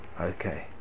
Okay